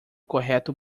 correto